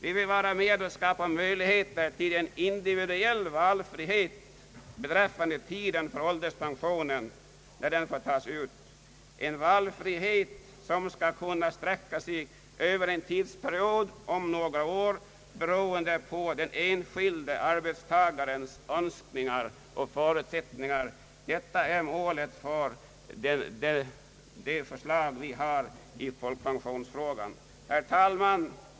Vi vill vara med om att skapa möjligheter till individuell valfrihet beträffande tiden för uttagande av ålderspension. Denna valfrihet skall kunna sträcka sig över några år beroende på den enskilde arbetstagarens önskningar och förutsättningar. Detta är målet för det förslag vi har i folkpensionsfrågan. Herr talman!